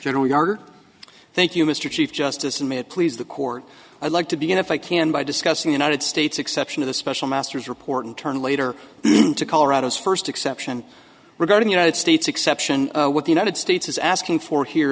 general garner thank you mr chief justice and may it please the court i'd like to begin if i can by discussing united states exception of the special master's report and turn later to colorado's first exception regarding united states exception what the united states is asking for here